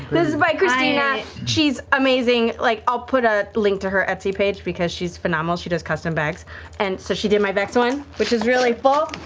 this is by christina. she's amazing. like i'll put a link to her etsy page because she's phenomenal. she does custom bags and so she did my vex one, which is really full,